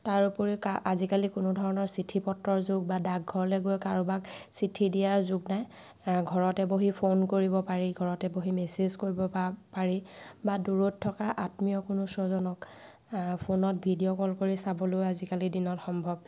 তাৰোপৰি আজিকালি কোনো ধৰণৰ চিঠি পত্ৰৰ যুগ বা ডাকঘৰলৈ গৈ কাৰোবাক চিঠি দিয়াৰ যুগ নাই ঘৰতে বহি ফোন কৰিব পাৰি ঘৰতে বহি মেচেজ কৰিব পাৰি বা দূৰত থকা আত্মীয় কোনো স্বজনক ফোনত ভিডিঅ' কল কৰি চাবলৈও আজিকালিৰ দিনত সম্ভৱ